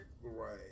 Right